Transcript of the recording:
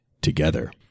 together